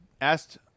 asked